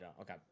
Okay